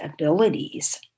abilities